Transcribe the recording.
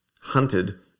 hunted